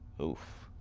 oof.